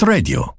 Radio